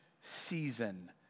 season